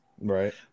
Right